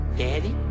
Daddy